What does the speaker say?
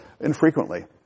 infrequently